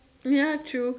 ya true